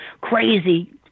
crazy